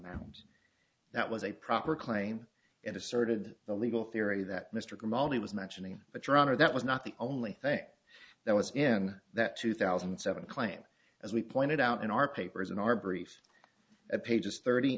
amount that was a proper claim and asserted the legal theory that mr kamali was mentioning but your honor that was not the only thing that was in that two thousand and seven claim as we pointed out in our papers in our briefs pages thirty